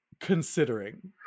considering